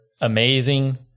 amazing